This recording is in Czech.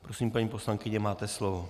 Prosím, paní poslankyně, máte slovo.